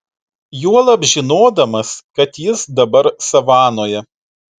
juolab žinodamas kad jis dabar savanoje